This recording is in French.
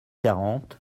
quarante